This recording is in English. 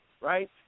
right